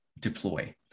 deploy